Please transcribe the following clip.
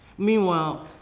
meanwhile,